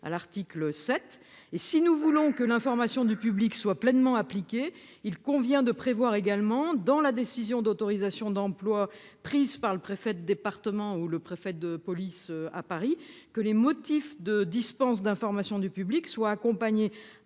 l'article 7 et si nous voulons que l'information du public soit pleinement appliquée, il convient de prévoir également dans la décision d'autorisation d'emploi prise par le préfet de département où le préfet de police à Paris que les motifs de dispense d'information du public soit accompagné a